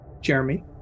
Jeremy